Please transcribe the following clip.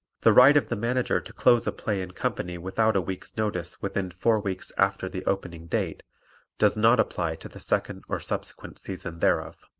the right of the manager to close a play and company without a week's notice within four weeks after the opening date does not apply to the second or subsequent season thereof.